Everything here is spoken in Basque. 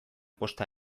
posta